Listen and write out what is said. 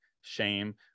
shame